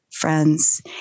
friends